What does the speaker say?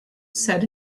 said